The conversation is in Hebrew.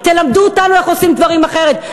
תלמדו אותנו איך עושים דברים אחרת.